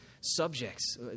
subjects